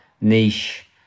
niche